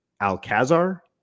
Alcazar